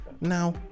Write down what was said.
now